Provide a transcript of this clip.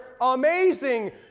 amazing